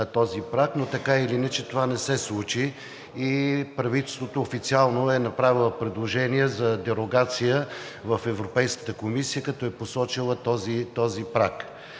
този праг, но, така или иначе, това не се случи и правителството официално е направило предложение за дерогация в Европейската комисия, като е посочило този праг.